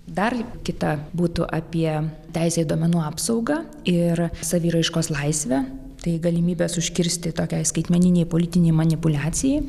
dar kita būtų apie teisę į duomenų apsaugą ir saviraiškos laisvę tai galimybės užkirsti tokiai skaitmeninei politinei manipuliacijai